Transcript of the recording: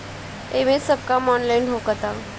एमे सब काम ऑनलाइन होखता